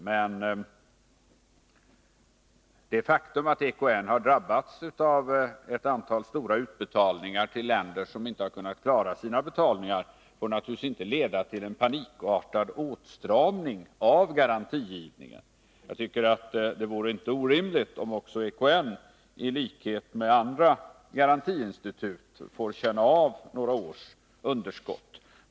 Men det faktum att EKN drabbas av ett antal stora utbetalningar till länder som inte har kunnat klara sina betalningar får naturligtvis inte leda till panikartade åtstramningar av garantigivningen. Det vore inte orimligt om också EKN i likhet med andra garantiinstitut får känna av några års underskott.